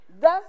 thus